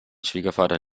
schwiegervater